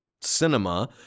cinema